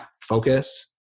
focus